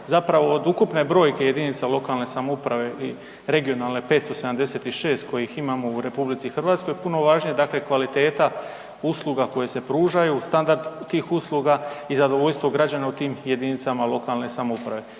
zapravo od ukupne brojke jedinica lokalne samouprave i regionalne 576 kojih imamo u RH, puno važnija dakle kvaliteta usluga koje se pružaju, standard tih usluga i zadovoljstvo građana u tim jedinicama lokalne samouprave.